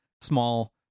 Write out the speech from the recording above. small